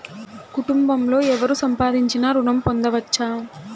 కుటుంబంలో ఎవరు సంపాదించినా ఋణం పొందవచ్చా?